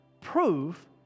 prove